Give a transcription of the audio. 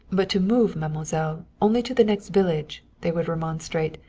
but to move, mademoiselle, only to the next village! they would remonstrate,